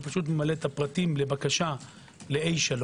פשוט ממלא את הפרטים בבקשה ל-A3.